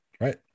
Right